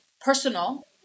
personal